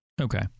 okay